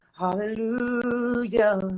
Hallelujah